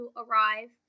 arrive